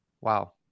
wow